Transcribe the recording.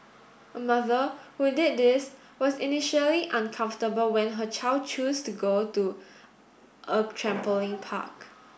a mother who did this was initially uncomfortable when her child choose to go to a trampoline park